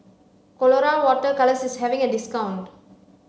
colora water colours is having a discount